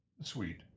sweet